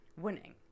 winning